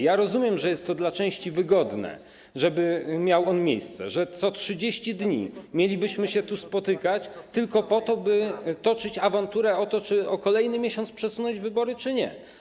Ja rozumiem, że jest to dla części wygodne, żeby miał on miejsce, że co 30 dni mielibyśmy się tu spotykać tylko po to, by toczyć awanturę o to, czy o kolejny miesiąc przesunąć wybory czy nie.